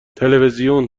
تلویزیون